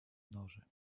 norze